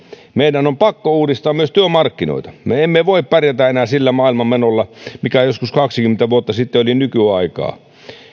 meidän on pakko uudistaa myös työmarkkinoita me emme voi pärjätä enää sillä maailmanmenolla mikä joskus kaksikymmentä vuotta sitten oli nykyaikaa